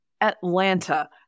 Atlanta